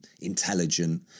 intelligent